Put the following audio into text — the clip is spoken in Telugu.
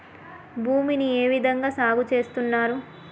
భూమిని ఏ విధంగా సాగు చేస్తున్నారు?